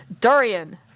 durian